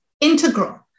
integral